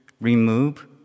remove